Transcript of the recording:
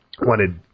wanted